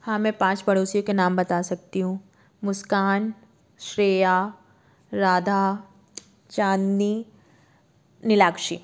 हाँ मैं पाँच पड़ोसियों के नाम बता सकती हूँ मुस्कान श्रेया राधा चाँदनी नीलाक्षी